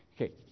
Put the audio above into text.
Okay